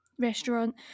restaurant